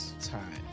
time